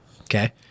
Okay